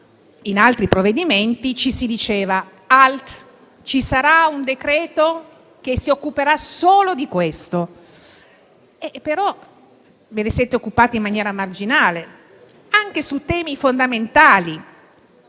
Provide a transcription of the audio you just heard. di altri provvedimenti, ci veniva detto: alt, ci sarà un decreto che si occuperà solo di questo. Ve ne siete però occupati in maniera marginale, anche su temi fondamentali.